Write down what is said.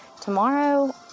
tomorrow